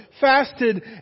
fasted